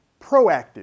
proactive